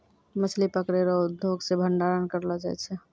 मछली पकड़ै रो उद्योग से भंडारण करलो जाय छै